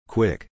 Quick